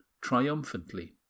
triumphantly